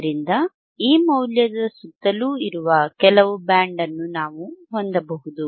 ಆದ್ದರಿಂದ ಈ ಮೌಲ್ಯದ ಸುತ್ತಲೂ ಇರುವ ಕೆಲವು ಬ್ಯಾಂಡ್ ಅನ್ನು ನಾವು ಹೊಂದಬಹುದು